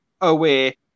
away